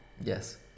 Yes